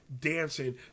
dancing